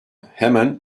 hemen